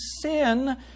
sin